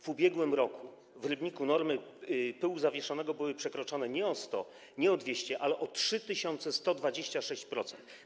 W ubiegłym roku w Rybniku normy pyłu zawieszonego były przekroczone nie o 100%, nie o 200%, ale o 3126%.